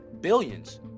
billions